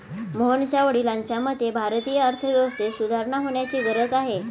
मोहनच्या वडिलांच्या मते, भारतीय अर्थव्यवस्थेत सुधारणा होण्याची गरज आहे